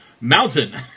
mountain